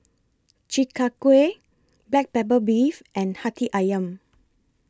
Chi Kak Kuih Black Pepper Beef and Hati Ayam